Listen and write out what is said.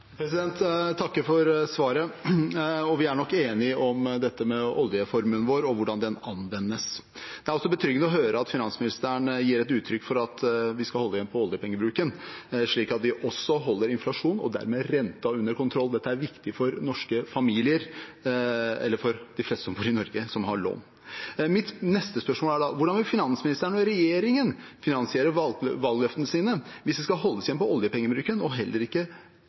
Jeg takker for svaret. Vi er nok enige om det med oljeformuen vår og hvordan den anvendes. Det er også betryggende å høre at finansministeren gir uttrykk for at vi skal holde igjen på oljepengebruken, slik at vi også holder inflasjonen og dermed renten under kontroll. Det er viktig for norske familier og for de fleste som bor i Norge, og som har lån. Mitt neste spørsmål er da: Hvordan vil finansministeren og regjeringen finansiere valgløftene sine hvis det skal holdes igjen på oljepengebruken og heller ikke